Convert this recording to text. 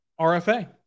RFA